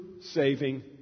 saving